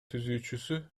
түзүүчүсү